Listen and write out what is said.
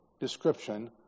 description